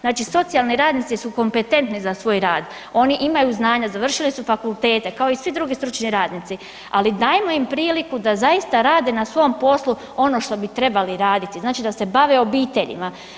Znači socijalni radnici su kompetentni za svoj rad, oni imaju znanja, završili su fakultete kao i svi drugi stručni radnici, ali dajmo im priliku da zaista rade na svom poslu ono što bi trebali raditi, znači da se bave obiteljima.